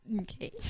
okay